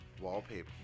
wallpaper